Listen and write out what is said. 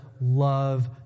love